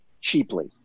cheaply